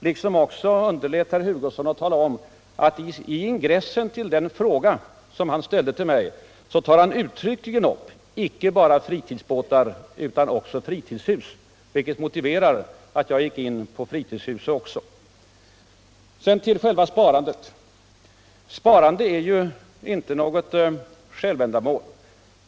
likaså underlät han att tala om att han i ingressen till den fråga som han ställde till mig uttryckligen tar upp icke bara fritidsbåtar utan också fritidshus, vilket motiverar att jag även berörde dessa. Så till själva sparandet. Sparande är ju inte något självändamål.